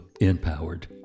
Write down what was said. empowered